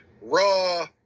raw